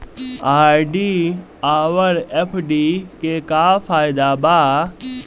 RD आउर FD के का फायदा बा?